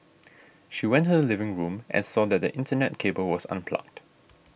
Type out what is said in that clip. she went to the living room and saw that the Internet cable was unplugged